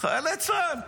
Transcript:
חיילי צה"ל.